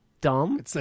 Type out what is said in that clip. dumb